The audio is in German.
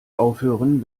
aufhören